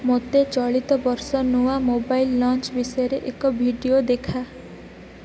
ମୋତେ ଚଳିତ ବର୍ଷ ନୂଆ ମୋବାଇଲ୍ ଲଞ୍ଚ ବିଷୟରେ ଏକ ଭିଡ଼ିଓ ଦେଖା